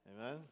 Amen